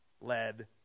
led